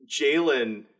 Jalen